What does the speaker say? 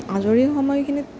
আজৰি সময়খিনিত